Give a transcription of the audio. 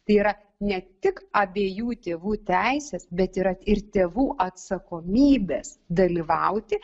tai yra ne tik abiejų tėvų teises bet yra ir tėvų atsakomybės dalyvauti